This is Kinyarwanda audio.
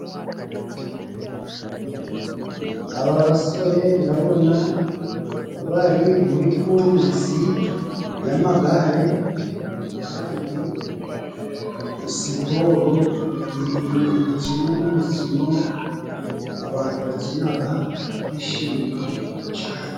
Aba basore ndabona bari muri kurusi y'amagare kandi siporo ni kimwe mu mukino abantu bakinaga bakishima cane.